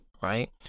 Right